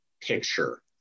picture